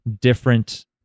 different